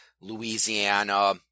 Louisiana